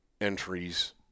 entries